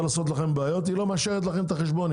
לעשות לכם בעיות היא לא מאשרת לכם את החשבון,